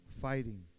fighting